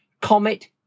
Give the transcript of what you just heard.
Comet